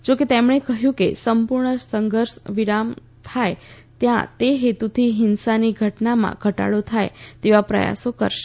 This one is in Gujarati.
જોકે તેમણે કહ્યું કે સંપૂર્ણ સંઘર્ષ વિરામ થાય ત્યાં તે હેતુથી હિંસાની ઘટનામાં ઘટાડો થાય તેવા પ્રયાસો કરાશે